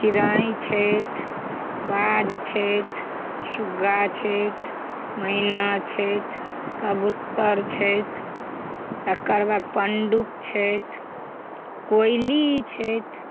चिड़य छथि बाज छथि सुग्गा छथि मैना छथि कबूतर छथि तकर पण्डुप छथि कोइली छथि